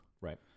right